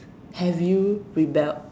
have you rebelled